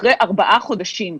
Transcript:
אחרי ארבעה חודשים,